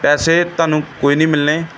ਪੈਸੇ ਤੁਹਾਨੂੰ ਕੋਈ ਨਹੀਂ ਮਿਲਣੇ